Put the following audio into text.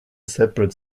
separate